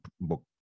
book